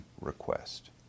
request